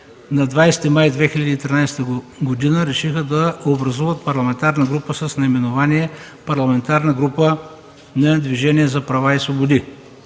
на 20 май 2013 г. реши да образува парламентарна група с наименование „Парламентарна група на Движение за права и свободи”.